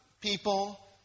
people